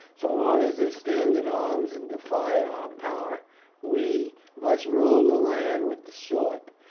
so long as they stand in arms and defy our power we must rule the land with the sword,